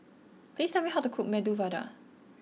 please tell me how to cook Medu Vada